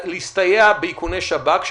ולהסתייע באיכוני שב"כ,